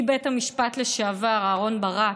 נשיא בית המשפט העליון לשעבר אהרן ברק,